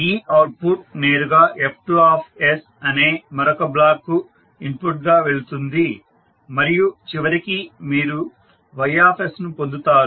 ఈ అవుట్పుట్ నేరుగా F2 అనే మరొక బ్లాక్ కు ఇన్పుట్ గా వెళుతుంది మరియు చివరికి మీరు Y ను పొందుతారు